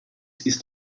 ist